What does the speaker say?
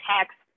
text